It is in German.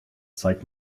zeig